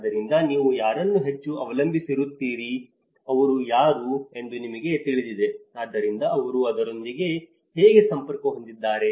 ಆದ್ದರಿಂದ ನೀವು ಯಾರನ್ನು ಹೆಚ್ಚು ಅವಲಂಬಿಸಿರುತ್ತೀರಿ ಅವರು ಯಾರು ಎಂದು ನಿಮಗೆ ತಿಳಿದಿದೆ ಆದ್ದರಿಂದ ಅವರು ಅದರೊಂದಿಗೆ ಹೇಗೆ ಸಂಪರ್ಕ ಹೊಂದಿದ್ದಾರೆ